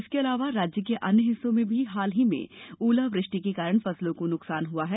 इसके अलावा राज्य के अन्य हिस्सों में भी हाल ही में ओलावृष्टि के कारण फसलों को नुकसान हुआ है